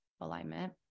alignment